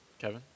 Kevin